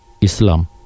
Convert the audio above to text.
Islam